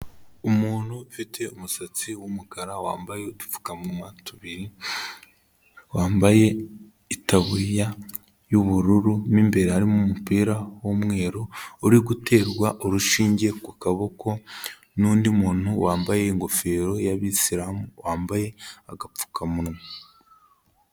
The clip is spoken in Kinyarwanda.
Umuntu ufite umusatsi w'umukara wambaye udupfukamunwa tubiri, wambaye itaburiya y'ubururu mo imbere harimo umupira w'umweru uri guterwa urushinge ku kaboko, n'undi muntu wambaye ingofero y'abisilamu wambaye agapfukamunwa.